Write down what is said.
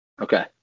Okay